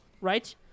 right